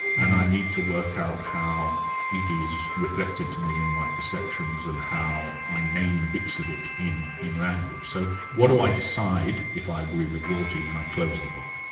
and i need to work out how it is reflected to me in my perceptions, and how i name bits of it in in language. so what do i decide if i agree with rorty when i close the book?